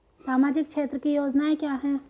सामाजिक क्षेत्र की योजनाएं क्या हैं?